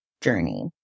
journey